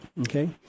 Okay